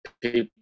People